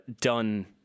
done